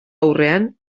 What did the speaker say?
aurrean